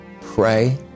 pray